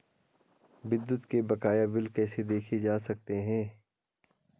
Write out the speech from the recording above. विद्युत के बकाया बिल कैसे देखे जा सकते हैं?